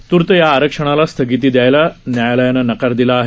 तूर्त या आरक्षणाला स्थगिती दयायला न्यायालयानं नकार दिला आहे